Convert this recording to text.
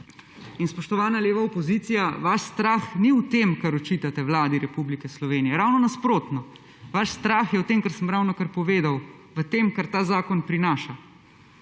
In spoštovana leva opozicija, vaš strah ni v tem kar očitate Vladi Republike Slovenije, ravno nasprotno. Vaš strah je v tem, kar sem ravnokar povedal, v tem, kar ta zakon prinaša.